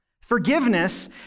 Forgiveness